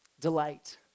Delight